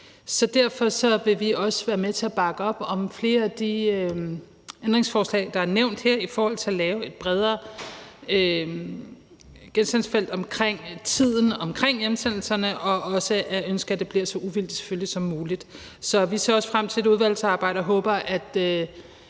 Derfor vil vi også være med til at bakke op om flere af de ændringsforslag, der er nævnt her, i forhold til at lave et bredere genstandsfelt om tiden omkring hjemsendelserne, og vi ønsker selvfølgelig også, at det bliver så uvildigt som muligt. Vi ser også frem til udvalgsarbejdet og håber, vi